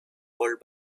called